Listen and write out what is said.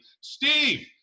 Steve